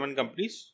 companies